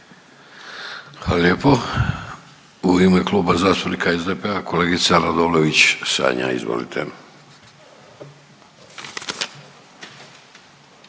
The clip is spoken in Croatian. Hvala lijepo. U ime Kluba zastupnika SDP-a kolegica Radolović Sanja. Izvolite.